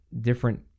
different